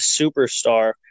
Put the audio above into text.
superstar